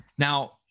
Now